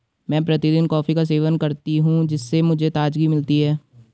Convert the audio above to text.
मैं प्रतिदिन कॉफी का सेवन करती हूं जिससे मुझे ताजगी मिलती है